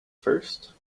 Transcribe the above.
first